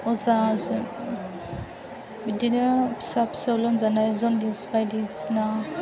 अजाजों बिदिनो फिसा फिसौ लोमजानाय जनदिस बायदिसिना